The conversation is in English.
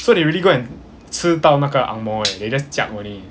so they really go and 吃到那个 ang moh eh they just jiak only